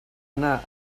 anar